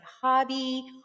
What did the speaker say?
hobby